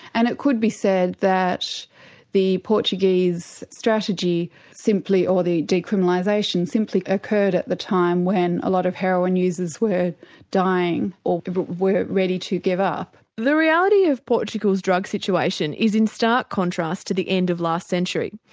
and it could be said that the portuguese strategy simply, or the decriminalisation simply occurred at the time when a lot of heroin users were dying or were ready to give up. the reality of portugal's drug situation is in stark contrast to the end of last century.